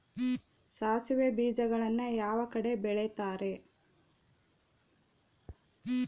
ಸಾಸಿವೆ ಬೇಜಗಳನ್ನ ಯಾವ ಕಡೆ ಬೆಳಿತಾರೆ?